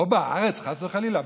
פה בארץ, חס וחלילה.